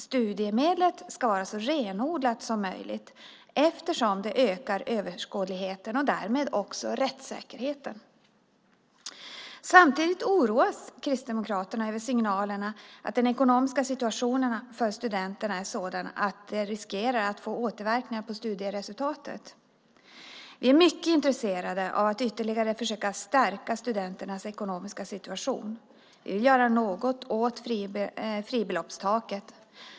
Studiemedlet ska vara så renodlat som möjligt eftersom det ökar överskådligheten och därmed också rättssäkerheten. Samtidigt oroas Kristdemokraterna över signalerna att den ekonomiska situationen för studenterna är sådan att det riskerar att få återverkningar på studieresultatet. Vi är mycket intresserade av att ytterligare försöka stärka studenternas ekonomiska situation. Vi vill göra något åt fribeloppstaket.